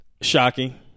Shocking